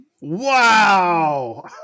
Wow